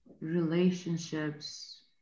relationships